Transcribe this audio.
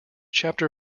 chapter